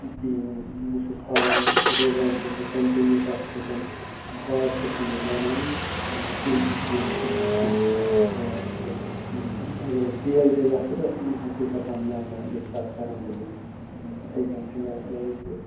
کِہیٖنۍ بہٕ چھُس تھاوان روزان چھُس بہٕ کَنٹِنیوٗ تَتھ سۭتۍ ہار چھُس نہٕ بہٕ مانان کُنہِ تہِ چیٖزَس منٛز کِہیٖنۍ یعنی کہِ اَگر بہٕ فیل تہِ گژھٕ بہٕ چھُس دَپان نَہ نَہ بیٚکہِ ساتہٕ کَرَن بہٕ یہِ یِتھَے کٔنۍ چھُ مےٚ یعنی کہِ